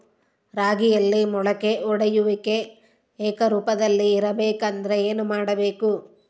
ರಾಗಿಯಲ್ಲಿ ಮೊಳಕೆ ಒಡೆಯುವಿಕೆ ಏಕರೂಪದಲ್ಲಿ ಇರಬೇಕೆಂದರೆ ಏನು ಮಾಡಬೇಕು?